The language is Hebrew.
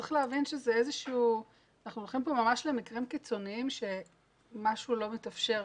צריך להבין שאנחנו הולכים פה ממש למקרים קיצוניים שמשהו לא מתאפשר.